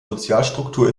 sozialstruktur